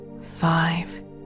five